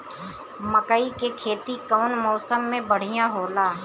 मकई के खेती कउन मौसम में बढ़िया होला?